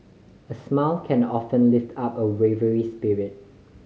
a smile can often lift up a weary spirit